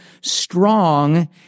strong